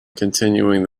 continuing